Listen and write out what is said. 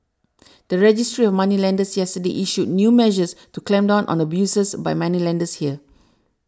the registry of moneylenders yesterday issued new measures to clamp down on abuses by moneylenders here